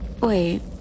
Wait